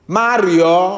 Mario